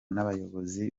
n’abayobozi